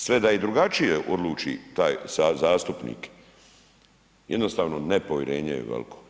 Sve da i drugačije odluči taj zastupnik, jednostavno nepovjerenje je veliko.